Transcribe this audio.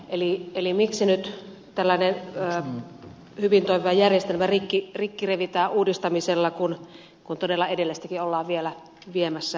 eli miksi nyt tällainen hyvin toimiva järjestelmä rikki revitään uudistamisella kun todella edellistäkin ollaan vielä viemässä läpi